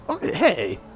hey